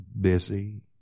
busy